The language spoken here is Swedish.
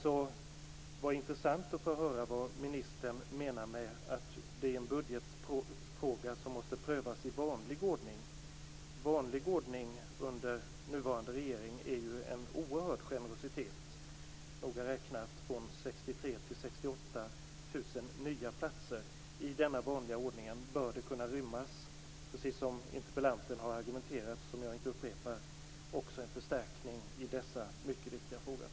Det vore intressant att få höra vad ministern menar med att "detta är en budgetfråga som måste prövas i vanlig ordning". Detta med "vanlig ordning" under nuvarande regering innebär en oerhörd generositet. Noga räknat rör det sig om en ökning från 63 000 till 68 000 nya platser. I denna "vanliga ordning" bör det kunna rymmas, precis som interpellanten har argumenterat men som jag inte skall upprepa, också en förstärkning i denna mycket viktiga fråga.